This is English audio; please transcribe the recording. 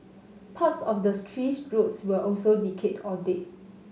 parts of the tree's roots were also decayed or dead